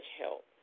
help